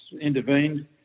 intervened